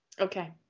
Okay